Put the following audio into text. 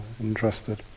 interested